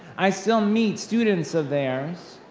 i still meet students of theirs,